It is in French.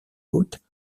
côtes